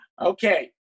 Okay